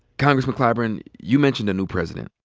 congressman clyburn, you mentioned the new president.